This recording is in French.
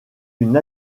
une